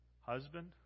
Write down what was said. husband